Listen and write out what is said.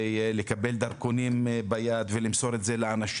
לקבל ביד דרכונים ולמסור אותם לאנשים.